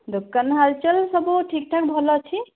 ଦୋକାନ ହାଲ୍ଚାଲ୍ ସବୁ ଠିକ୍ଠାକ୍ ଭଲ ଅଛି